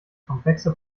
komplexe